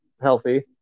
healthy